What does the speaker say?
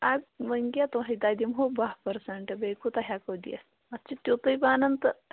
اَد وۄنۍ کیٛاہ تۄہہِ تۄہہِ دِمہو بَہہ پٔرسَنٛٹ بیٚیہِ کوٗتاہ ہٮ۪کو دِتھ اَتھ چھِ تیُتُے بَنان تہٕ